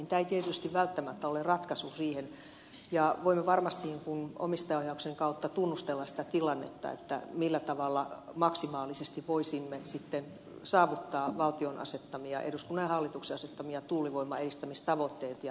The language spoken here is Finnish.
tämä ei tietysti välttämättä ole ratkaisu siihen ja voimme varmasti omistajaohjauksen kautta tunnustella sitä tilannetta millä tavalla maksimaalisesti voisimme saavuttaa valtion asettamia eduskunnan ja hallituksen asettamia tuulivoiman edistämistavoitteita ja tulisiko tähän tehdä muutosta